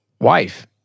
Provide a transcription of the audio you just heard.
wife